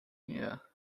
here